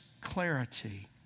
clarity